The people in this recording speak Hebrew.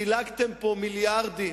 חילקתם פה מיליארדים.